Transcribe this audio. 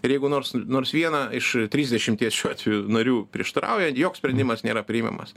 ir jeigu nors nors vieną iš trisdešimties šiuo atveju narių prieštarauja joks sprendimas nėra priimamas